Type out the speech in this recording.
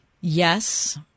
Yes